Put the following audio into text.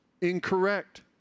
Incorrect